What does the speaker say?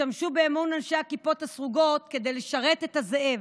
השתמשו באמון אנשי הכיפות הסרוגות כדי לשרת את הזאב.